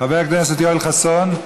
חבר הכנסת יואל חסון?